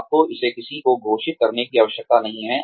आपको इसे किसी को घोषित करने की आवश्यकता नहीं है